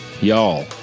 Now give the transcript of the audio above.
Y'all